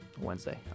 wednesday